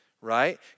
right